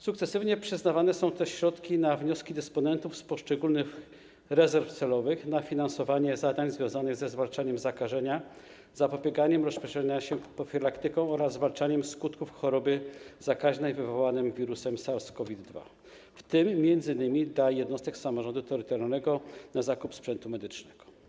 Sukcesywnie przyznawane są też na realizację wniosków dysponentów środki z poszczególnych rezerw celowych na finansowanie zadań związanych ze zwalczaniem zakażeń, zapobieganiem rozproszeniu się, profilaktyką oraz zwalczaniem skutków choroby zakaźnej wywołanej wirusem SARS-CoV-2, w tym m.in. dla jednostek samorządu terytorialnego na zakup sprzętu medycznego.